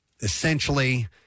Essentially